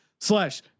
slash